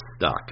stuck